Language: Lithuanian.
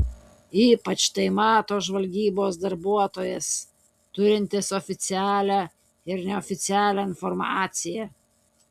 ypač tai mato žvalgybos darbuotojas turintis oficialią ir neoficialią informaciją